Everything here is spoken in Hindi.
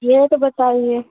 रेट बताइए